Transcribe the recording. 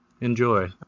enjoy